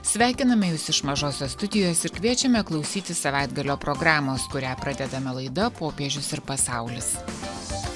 sveikiname jus iš mažosios studijos ir kviečiame klausyti savaitgalio programos kurią pradedame laida popiežius ir pasaulis